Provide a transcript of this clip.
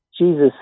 Jesus